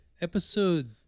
Episode